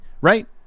right